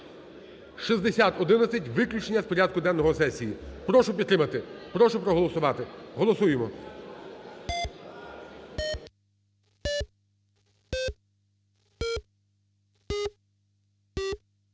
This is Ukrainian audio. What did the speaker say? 6011 виключення з порядку денного сесії. Прошу підтримати, прошу проголосувати. Голосуємо.